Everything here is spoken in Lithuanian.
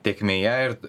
tėkmėje ir